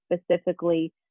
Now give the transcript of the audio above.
specifically